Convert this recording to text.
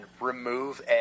remove